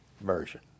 version